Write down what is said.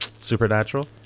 Supernatural